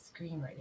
screenwriting